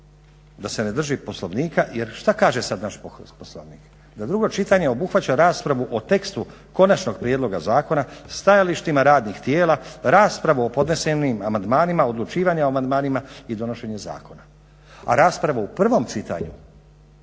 da se ne drži Poslovnika jer što kaže sad naš Poslovnik? Da drugo čitanje obuhvaća raspravu o tekstu konačnog prijedloga zakona sa stajalištima radnih tijela, raspravu o podnesenim amandmanima, odlučivanje o amandmanima i donošenje zakona. A raspravu u prvom čitanju